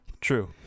true